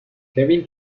kevin